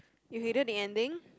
you hated the ending